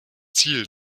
ziel